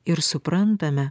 ir suprantame